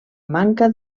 manca